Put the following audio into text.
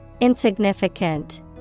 Insignificant